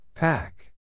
Pack